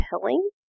pilling